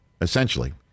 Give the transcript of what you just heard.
essentially